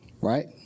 Right